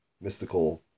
mystical